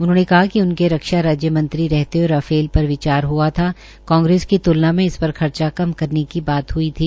उन्होंने कहा कि उनके रक्षा राज्यमंत्रीरहते हये राफेर पर विचार हआ थ कांग्रेस की तुलना में इस पर खर्चा कम करने की बात हई थी